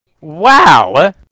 Wow